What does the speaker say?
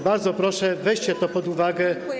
Bardzo proszę, weźcie to pod uwagę.